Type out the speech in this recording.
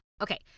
Okay